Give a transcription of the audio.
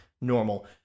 normal